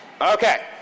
Okay